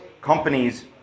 companies